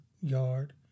yard